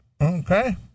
Okay